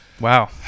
Wow